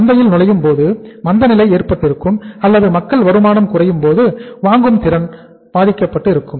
சந்தையில் நுழையும்போது மந்தநிலை ஏற்பட்டிருக்கும் அல்லது மக்கள் வருமானம் குறையும்போது மக்களின் வாங்கும் திறன் பாதிக்கப்பட்டு இருக்கும்